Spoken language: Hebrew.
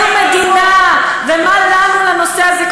דת ומדינה, ומה לנו ולנושא הזה?